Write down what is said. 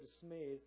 dismayed